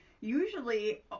usually